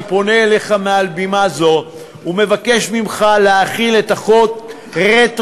אני פונה אליך מעל בימה זו ומבקש ממך להחיל את החוק רטרואקטיבית,